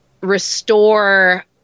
restore